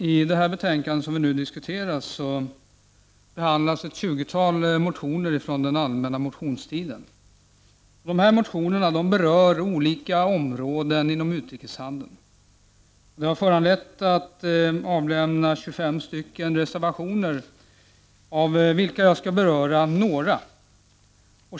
Herr talman! I det betänkande som vi nu diskuterar behandlas ett tjugotal motioner från den allmänna motionstiden. Motionerna berör olika områden inom utrikeshandeln. Det har föranlett avlämnande av 25 reservationer, av vilka jag skall beröra några.